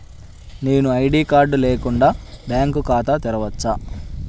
నేను ID card లేకుండా bank ఖాతా తెరవచ్చా?